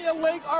yeah link? um